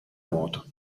nuoto